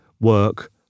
work